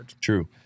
True